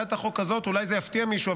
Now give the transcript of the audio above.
אולי זה יפתיע מישהו,